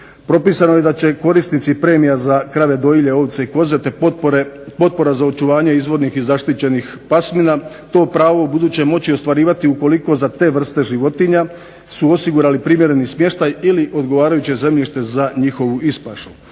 Propisano je da će korisnici premija za krave dojilje, ovce i koze, te potpora za očuvanje izvornih i zaštićenih pasmina to pravo u buduće moći ostvarivati ukoliko su za te vrste životinja su osigurali primjereni smještaj ili odgovarajuće zemljište za njihovu ispašu.